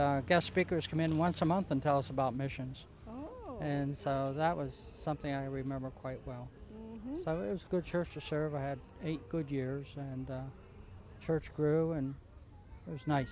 guest speakers come in once a month and tell us about missions and so that was something i remember quite well so i was a good church to serve i had eight good years and church grew and it was nice